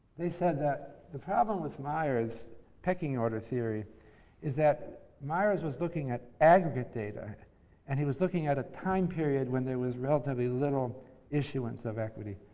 they said that the problem with myers's pecking order theory is that myers was looking at aggregate data and he was looking at a time period when there was relatively little issuance of equity.